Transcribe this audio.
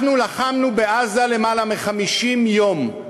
אנחנו לחמנו בעזה למעלה מ-50 יום.